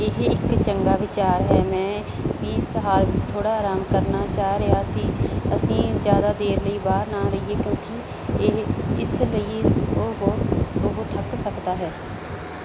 ਇਹ ਇੱਕ ਚੰਗਾ ਵਿਚਾਰ ਹੈ ਮੈਂ ਵੀ ਇਸ ਹਾਲਤ ਵਿੱਚ ਥੋੜ੍ਹਾ ਆਰਾਮ ਕਰਨਾ ਚਾਹ ਰਿਹਾ ਸੀ ਅਸੀਂ ਜ਼ਿਆਦਾ ਦੇਰ ਲਈ ਬਾਹਰ ਨਾ ਰਹੀਏ ਕਿਉਂਕਿ ਇਹ ਇਸ ਲਈ ਉਹ ਬਹੁਤ ਉਹ ਥੱਕ ਸਕਦਾ ਹੈ